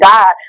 God